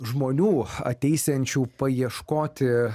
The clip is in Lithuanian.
žmonių ateisiančių paieškoti